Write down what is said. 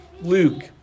Luke